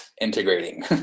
integrating